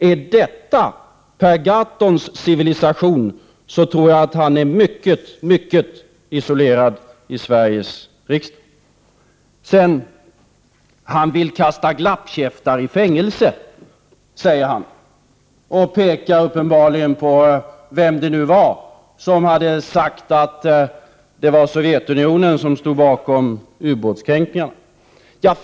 Är detta Per Gahrtons civilisation, tror jag att han är mycket isolerad i Sveriges riksdag. Per Gahrton säger sedan att han vill kasta glappkäftar i fängelse och pekar på den, vem det nu var, som hade sagt att det var Sovjetunionen som stod bakom ubåtskränkningarna.